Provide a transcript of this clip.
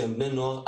שהם בני נוער,